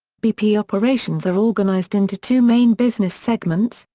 bp operations are organised into two main business segments,